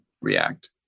react